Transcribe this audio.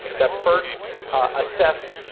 that first assess,